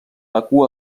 bakú